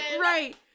right